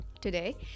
today